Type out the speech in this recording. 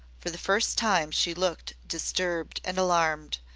for the first time she looked disturbed and alarmed.